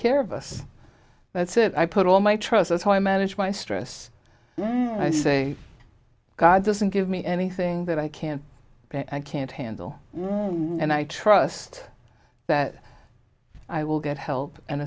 care of us that's it i put all my trust that's how i manage my stress i say god doesn't give me anything that i can't i can't handle and i trust that i will get help and